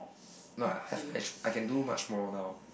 no I I have ch~ I can do much more now